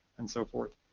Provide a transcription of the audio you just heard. and so forth.